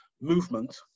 movement